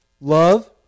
love